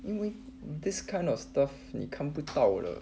因为 this kind of stuff 你看不到的